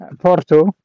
Porto